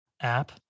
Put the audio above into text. app